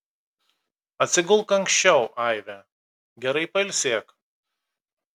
atsigulk anksčiau aive gerai pailsėk